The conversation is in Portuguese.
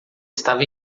estava